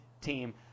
team